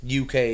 UK